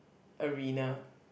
arena